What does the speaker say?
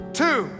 two